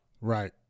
Right